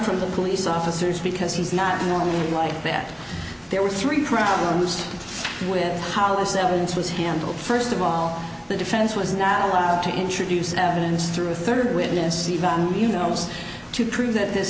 from the police officers because he's not normally like that there were three problems with how this evidence was handled first of all the defense was not allowed to introduce evidence through a third witness you know just to prove that this